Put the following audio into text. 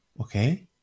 okay